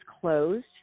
closed